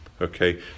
okay